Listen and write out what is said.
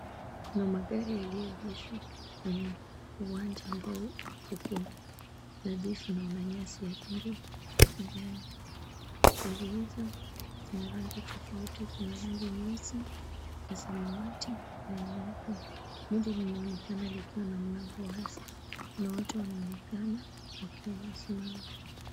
Kuna magari yaliyoegeshwa kwenye uwanja ambao upo nadhifu na una nyasi ya rangi ya kijani. Gari hizo zina rangi tofauti kuna rangi nyeusi ya samawati na nyeupe. Moja linaonekana likiwa na mlango wazi. Kuna watu wanaonekana wakiwa wamesimama.